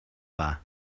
dda